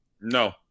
No